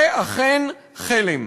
זה אכן חלם.